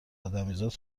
ادمیزاد